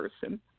person